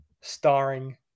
starring